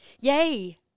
Yay